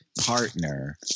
partner